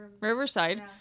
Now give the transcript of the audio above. Riverside